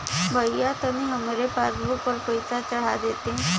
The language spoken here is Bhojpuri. भईया तनि हमरे पासबुक पर पैसा चढ़ा देती